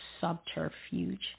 subterfuge